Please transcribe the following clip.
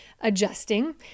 adjusting